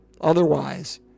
Otherwise